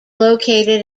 located